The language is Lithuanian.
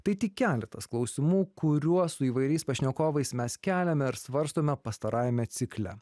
tai tik keletas klausimų kuriuos su įvairiais pašnekovais mes keliame ir svarstome pastarajame cikle